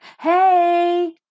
Hey